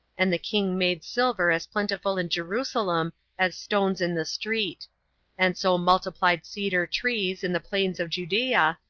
and the king made silver as plentiful in jerusalem as stones in the street and so multiplied cedar trees in the plains of judea,